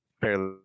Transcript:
fairly